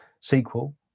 sequel